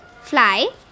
fly